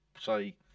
say